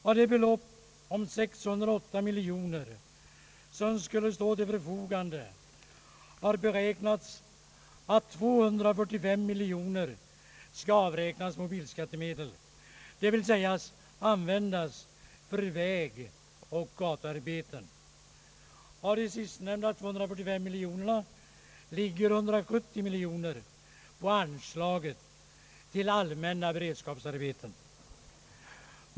Av det belopp om 608 miljoner kronor som skulle stå till förfogande skall 245 miljoner kronor avräknas mot automobilskattemedlen, dvs. användas för vägoch gatuarbeten. Av sistnämnda belopp, 245 miljoner, ingår 170 miljoner i anslaget till allmänna beredskapsarbeten.